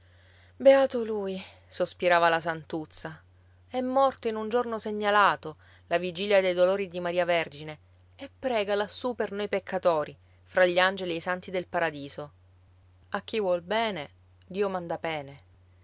beato lui sospirava la santuzza è morto in un giorno segnalato la vigilia dei dolori di maria vergine e prega lassù per noi peccatori fra gli angeli e i santi del paradiso a chi vuol bene dio manda pene